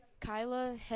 Kyla